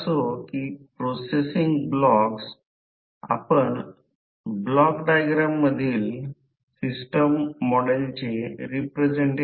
म्हणून जर मी असे म्हणतो की करंट या प्लेनमध्ये म्हणजे पेपरमध्ये प्रवेश करत आहे तर ही फ्लक्सची दिशा आहे जी घड्याळाच्या दिशेने आहे